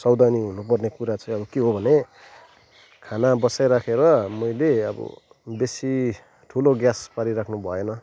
सावधानी हुनुपर्ने कुरा चाहिँ अब के हो भने खाना बसाइराखेर मैले अब बेसी ठुलो ग्यास पारिराख्नु भएन